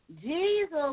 Jesus